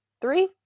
three